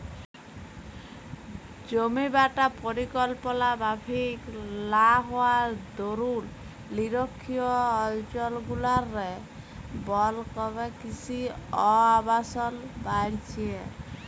জমিবাঁটা পরিকল্পলা মাফিক লা হউয়ার দরুল লিরখ্খিয় অলচলগুলারলে বল ক্যমে কিসি অ আবাসল বাইড়হেছে